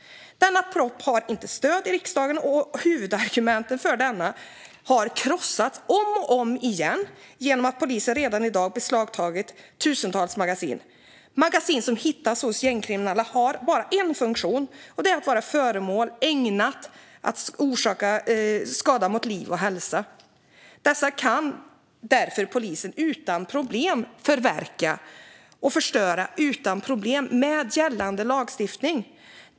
Denna proposition har inte stöd i riksdagen. Huvudargumenten för den har krossats om och om igen genom att polisen redan i dag beslagtar tusentals magasin. Magasin som hittas hos gängkriminella har bara en funktion, nämligen att vara föremål ägnade att orsaka skada mot liv och hälsa. Dessa kan därför polisen utan problem förverka och förstöra med gällande lagstiftning.